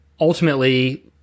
Ultimately